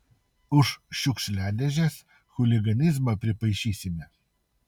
už šiukšliadėžes chuliganizmą pripaišysime